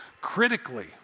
critically